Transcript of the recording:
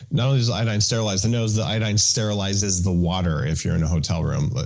not only does iodine sterilize the nose, the iodine sterilizes the water if you're in a hotel room.